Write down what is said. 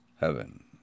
heaven